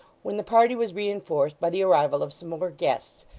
when the party was reinforced by the arrival of some more guests,